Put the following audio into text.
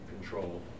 control